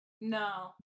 No